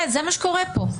זה מה שקורה פה.